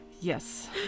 yes